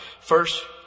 First